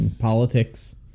Politics